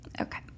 Okay